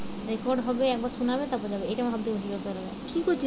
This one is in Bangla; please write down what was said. আলু চাষে কোন মোটর ব্যবহার করব?